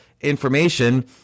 information